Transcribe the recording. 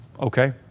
Okay